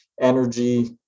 energy